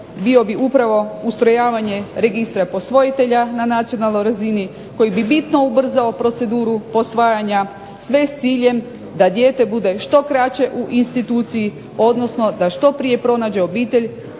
bio bi upravo ustrojavanje registra posvojitelja na nacionalnoj razini koji bi bitno ubrzao proceduru posvajanja sve s ciljem da dijete bude što kraće u instituciji odnosno da što prije pronađe obitelj